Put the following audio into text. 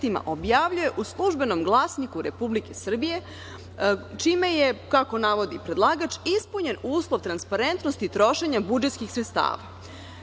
objavljuje u „Službenom glasniku RS“, čime je, kako navodi predlagač, ispunjen uslov transparentnosti trošenja budžetskih sredstava. Raspitala